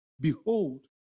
Behold